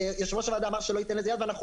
יושב-ראש הוועדה אמר שלא ייתן לזה יד ואנחנו